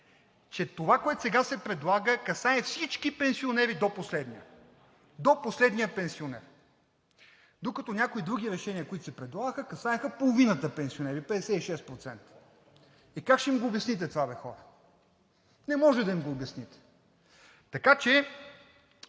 че това, което сега се предлага, касае всички пенсионери до последния, до последния пенсионер, докато някои други решения, които се предлагаха, касаеха половината пенсионери – 56%. Ами как ще им го обясните това бе, хора? Не може да им го обясните. Така че